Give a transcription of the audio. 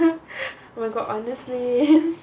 we got honestly